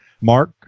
Mark